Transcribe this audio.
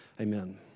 amen